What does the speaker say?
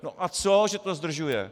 No a co, že to zdržuje?